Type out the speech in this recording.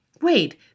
wait